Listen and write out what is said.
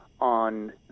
on